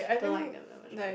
don't like them that much right